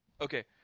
Okay